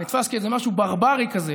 זה נתפס כאיזה משהו ברברי כזה,